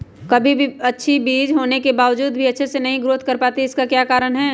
कभी बीज अच्छी होने के बावजूद भी अच्छे से नहीं ग्रोथ कर पाती इसका क्या कारण है?